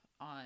on